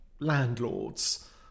landlords